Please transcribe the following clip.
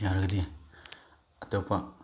ꯌꯥꯔꯒꯗꯤ ꯑꯇꯣꯞꯄ